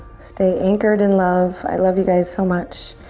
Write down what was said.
stay anchored in love. i love you guys so much.